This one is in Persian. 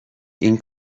این